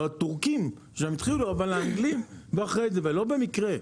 לא במקרה,